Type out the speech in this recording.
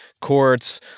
Courts